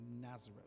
Nazareth